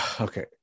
Okay